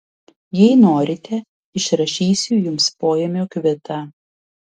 jei norite išrašysiu jums poėmio kvitą